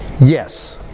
yes